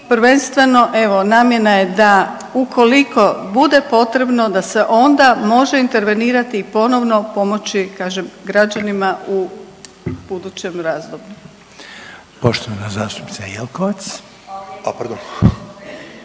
prvenstveno evo namjena je da ukoliko bude potrebno da se onda može intervenirati i ponovno pomoći kažem građanima u budućem razdoblju. **Reiner, Željko (HDZ)**